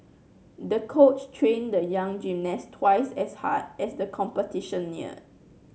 the coach trained the young gymnast twice as hard as the competition neared